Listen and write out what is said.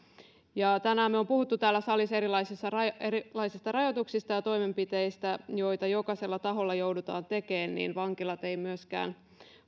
kun tänään me olemme puhuneet täällä salissa erilaisista rajoituksista ja toimenpiteistä joita jokaisella taholla joudutaan tekemään niin vankilat eivät myöskään